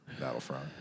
Battlefront